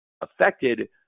affected